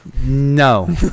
No